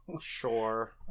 Sure